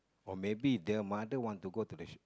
or maybe their mother want to go to the sh~